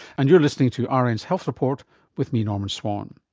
and you're listening to ah rn's health report with me, norman swan.